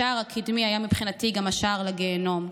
השער הקדמי היה, מבחינתי, גם השר לגיהינום.